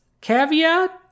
caveat